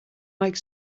like